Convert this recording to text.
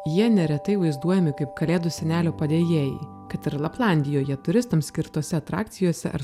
jie neretai vaizduojami kaip kalėdų senelio padėjėjai kad ir laplandijoje turistams skirtose atrakcijose ar